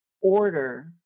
order